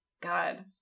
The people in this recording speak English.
God